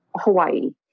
Hawaii